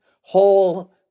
whole